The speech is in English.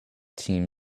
team